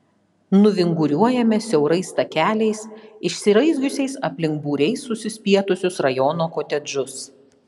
nuvinguriuojame siaurais takeliais išsiraizgiusiais aplink būriais susispietusius rajono kotedžus